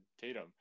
Tatum